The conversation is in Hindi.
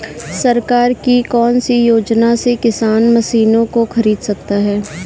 सरकार की कौन सी योजना से किसान मशीनों को खरीद सकता है?